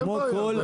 אין בעיה.